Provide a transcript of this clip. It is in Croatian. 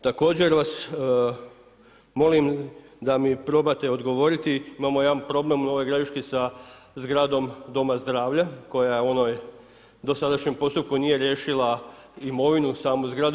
Također vas molim da mi probate odgovoriti, imamo jedan problem u Novoj Gradišci sa zgradom Doma zdravlja, koja je u onoj dosadašnjem postupku nije riješila imovinu, samu zgradu.